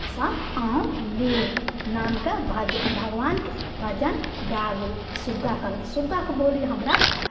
से अहूँ लियौ नामके भज भगवानके भजन गाबू सुग्गा कहलक सुग्गाके बोली हमरा